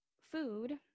food